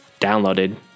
downloaded